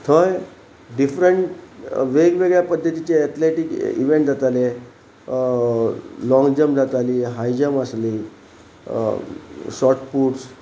थंय डिफरंट वेगवेगळ्या पद्दतीचे एथलेटीक इवेंट जाताले लॉंग जंप जाताली हाय जंप आसली शॉट पुट्स